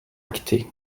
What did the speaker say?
actées